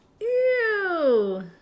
Ew